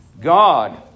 God